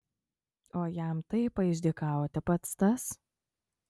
o jam taip paišdykauti pats tas